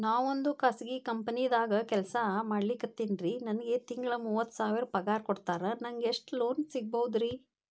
ನಾವೊಂದು ಖಾಸಗಿ ಕಂಪನಿದಾಗ ಕೆಲ್ಸ ಮಾಡ್ಲಿಕತ್ತಿನ್ರಿ, ನನಗೆ ತಿಂಗಳ ಮೂವತ್ತು ಸಾವಿರ ಪಗಾರ್ ಕೊಡ್ತಾರ, ನಂಗ್ ಎಷ್ಟು ಲೋನ್ ಸಿಗಬೋದ ರಿ?